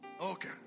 Okay